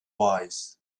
wise